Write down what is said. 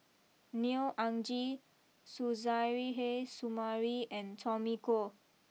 Neo Anngee Suzairhe Sumari and Tommy Koh